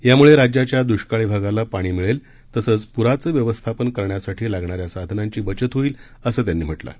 यामुळे राज्याच्या दृष्काळी भागाला पाणी मिळेल तसंच पूराचं व्यवस्थापन करण्यासाठी लागणाऱ्या साधनांची बचत होईल असं त्यांनी म्हटलं आहे